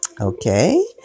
Okay